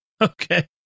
okay